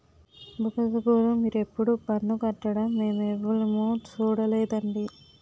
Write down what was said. బుగతగోరూ మీరెప్పుడూ పన్ను కట్టడం మేమెవులుమూ సూడలేదండి